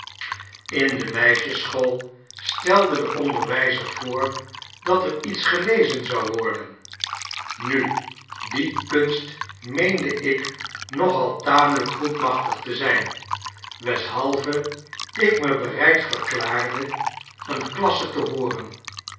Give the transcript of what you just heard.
inde meisjesschool stelde de onderwijzer voor dat er iets gelezen zou worden nu die kunst meende ik nogal tamelijk goed machtig te zijn weshalve ik me bereid verklaarde een klasse te hooren